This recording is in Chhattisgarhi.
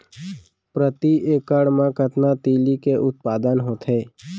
प्रति एकड़ मा कतना तिलि के उत्पादन होथे?